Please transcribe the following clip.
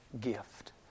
gift